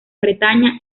bretaña